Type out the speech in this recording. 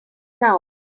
now